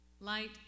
light